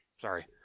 Sorry